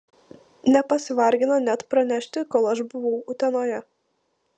nepasivargino net pranešti kol aš buvau utenoje